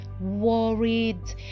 worried